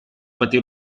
patir